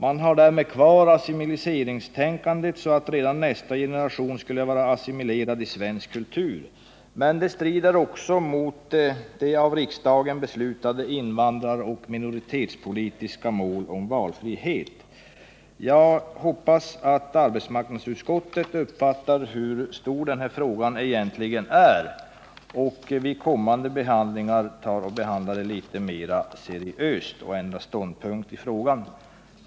Man har därmed också kvar assimileringstanken att redan nästa generation är assimilerad i svensk kultur. Det här strider också mot de av riksdagen beslutade invandraroch minoritetspolitiska målen om valfrihet. Jag hoppas att arbetsmarknadsutskottet uppfattar hur stor denna fråga egentligen är, så att den vid kommande förhandlingar blir litet mer seriöst behandlad och att utskottet ändrar ståndpunkt i frågan.